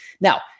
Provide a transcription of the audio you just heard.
Now